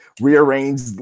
rearranged